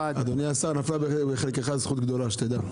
נפלה בחלקך זכות גדולה, שתדע.